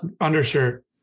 undershirt